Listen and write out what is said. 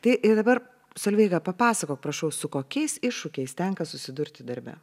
tai ir dabar solveiga papasakok prašau su kokiais iššūkiais tenka susidurti darbe